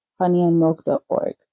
honeyandmilk.org